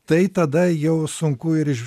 tai tada jau sunku ir iš